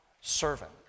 servant